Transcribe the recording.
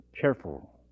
careful